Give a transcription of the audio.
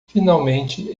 finalmente